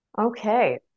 Okay